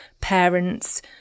parents